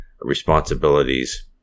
responsibilities